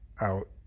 out